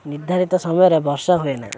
ନିର୍ଦ୍ଧାରିତ ସମୟରେ ବର୍ଷା ହୁଏ ନାହିଁ